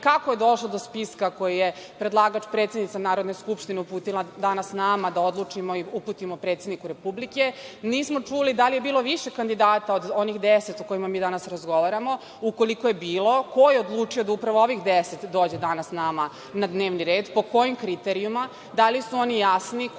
kako je došlo do spiska koji je predlagač, predsednica Narodne skupštine uputila danas nama da odlučimo i uputimo predsedniku Republike. Nismo čuli da li je bilo više kandidata od onih deset o kojima mi danas razgovaramo. Ukoliko je bilo, ko je odlučio da upravo ovih deset dođe danas nama na dnevni red, po kojim kriterijumima, da li su oni jasni,